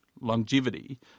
longevity